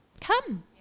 come